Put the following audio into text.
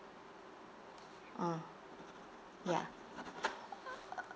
ah ya